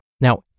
Now